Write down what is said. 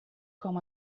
com